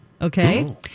Okay